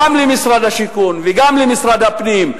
גם למשרד השיכון וגם למשרד הפנים,